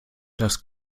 das